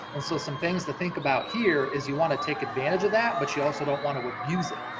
and so some things to think about here is you wanna take advantage of that, but you also don't wanna abuse it.